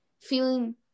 feeling